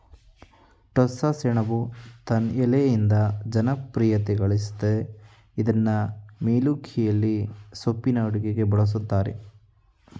ಟೋಸ್ಸಸೆಣಬು ತನ್ ಎಲೆಯಿಂದ ಜನಪ್ರಿಯತೆಗಳಸಯ್ತೇ ಇದ್ನ ಮೊಲೋಖಿಯದಲ್ಲಿ ಸೊಪ್ಪಿನ ಅಡುಗೆಗೆ ಬಳುಸ್ತರೆ